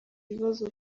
ibibazo